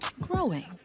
Growing